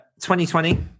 2020